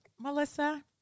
Melissa